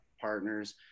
partners